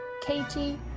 Katie